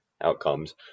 outcomes